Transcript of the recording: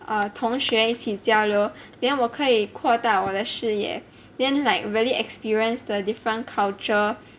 err 同学一起交流 then 我可以扩大我的视野 then like really experience the different culture